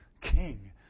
King